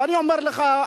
ואני אומר לך,